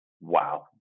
Wow